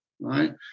right